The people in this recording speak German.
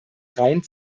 rein